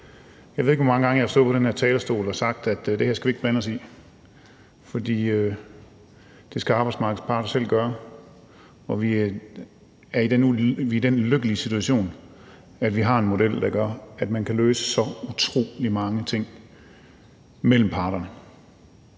Jeg ved ikke, hvor mange gange jeg har stået på den her talerstol og sagt, at det her skal vi ikke blande os i, for det skal arbejdsmarkedets parter selv gøre. Og vi er i den lykkelige situation, at vi har en model, der gør, at man kan løse så utrolig mange ting mellem parterne.